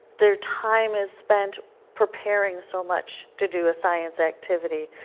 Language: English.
their time is spent preparing so much to do a science activity.